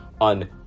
on